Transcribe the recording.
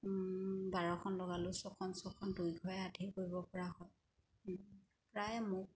বাৰখন লগালোঁ ছখন ছখন দুয়োঘৰে আধি কৰিব পৰা হয় প্ৰায়ে মোক